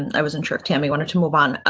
i wasn't sure if tammy wanted to move on.